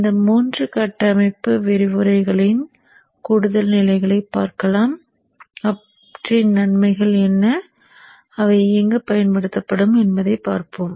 இந்த மூன்று கட்டமைப்பு விரிவுரைகளின் கூடுதல் நிலைகளைப் பார்ப்போம் அவற்றின் நன்மைகள் என்ன அவை எங்கு பயன்படுத்தப்படும் என்பதைப் பார்ப்போம்